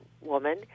woman